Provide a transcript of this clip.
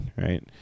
right